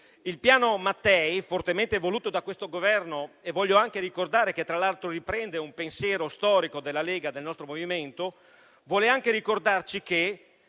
Il Piano Mattei, fortemente voluto da questo Governo e che tra l'altro riprende un pensiero storico della Lega e del nostro movimento, vuole anche ricordarci che,